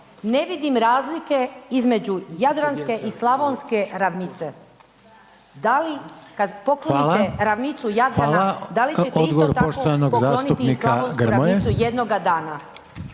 „Ne vidim razlike između jadranske i slavonske ravnice.“ Da li kada poklonite ravnicu Jadrana da li ćete isto tako pokloniti i … **Reiner,